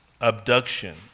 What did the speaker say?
abduction